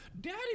Daddy